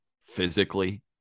physically